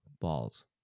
balls